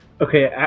Okay